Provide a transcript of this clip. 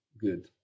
Good